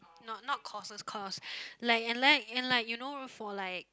not not courses course like and like and like you know for like